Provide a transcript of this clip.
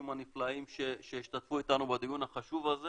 הנפלאים שהשתתפו איתנו בדיון החשוב הזה